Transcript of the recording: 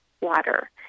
water